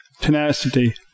tenacity